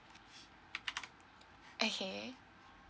okay